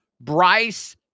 Bryce